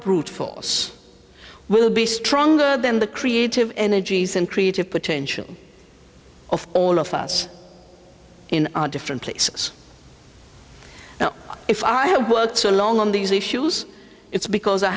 brute force will be stronger than the creative energies and creative potential of all of us in different places now if i have worked so long on these issues it's because i